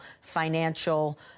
financial